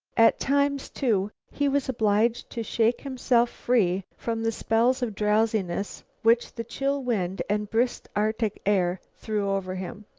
at times, too, he was obliged to shake himself free from the spells of drowsiness which the chill wind and brisk arctic air threw over him.